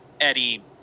Eddie